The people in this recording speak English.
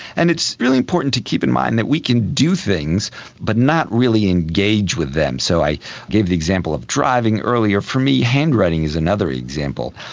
and it's really important to keep in mind that we can do things but not really engage with them. so i gave the example of driving earlier. for me, handwriting is another example.